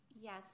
Yes